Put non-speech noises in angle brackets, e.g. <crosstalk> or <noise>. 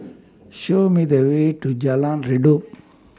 <noise> Show Me The Way to Jalan Redop